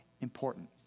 important